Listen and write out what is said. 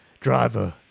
driver